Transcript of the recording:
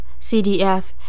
CDF